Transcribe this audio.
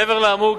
מעבר לאמור,